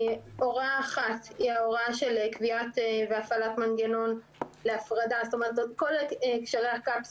הוראה אחת היא קביעת והפעלת מנגנון להפרדה לקפסולות,